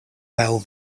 bell